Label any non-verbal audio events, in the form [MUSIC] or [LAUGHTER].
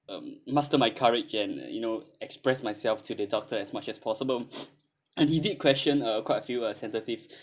um muster my courage and uh you know express myself to the doctor as much as possible [BREATH] and he did question uh quite a few uh sensitive